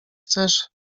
chcesz